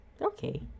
okay